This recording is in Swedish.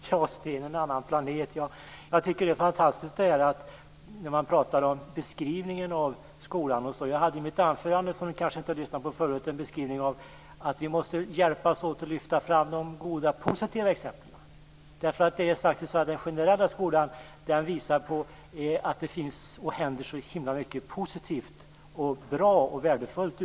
Fru talman! Sten Andersson undrar om vi befinner oss på samma planet. Jag tycker att det är fantastiskt när man talar om beskrivningen av skolan. Jag beskrev i mitt anförande, som Sten Andersson kanske inte lyssnade på, hur vi måste hjälpas åt att lyfta fram de goda och positiva exemplen. Den vanliga skolan visar nämligen att det händer så himla mycket positivt och värdefullt.